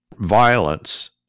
violence